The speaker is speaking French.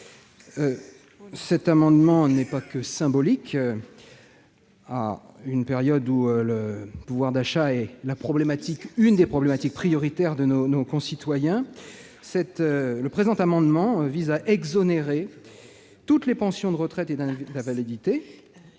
Cet amendement n'est pas que symbolique, dans une période où le pouvoir d'achat est l'une des problématiques prioritaires de nos concitoyens. Il vise à exonérer toutes les pensions de retraite et d'invalidité,